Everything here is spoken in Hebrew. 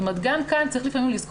זאת אומרת, גם כאן צריך לזכור